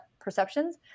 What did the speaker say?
perceptions